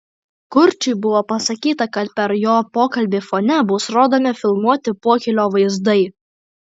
kurčiui buvo pasakyta kad per jo pokalbį fone bus rodomi filmuoti pokylio vaizdai